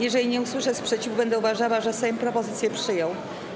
Jeżeli nie usłyszę sprzeciwu, będę uważała, że Sejm propozycję przyjął.